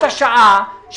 באישור ועדת הכספים של הכנסת,